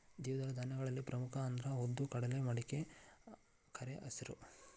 ದ್ವಿದಳ ಧಾನ್ಯಗಳಲ್ಲಿ ಪ್ರಮುಖ ಅಂದ್ರ ಉದ್ದು, ಕಡಲೆ, ಮಡಿಕೆ, ಕರೆಹೆಸರು